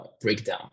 breakdown